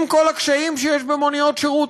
עם כל הקשיים שיש במוניות שירות,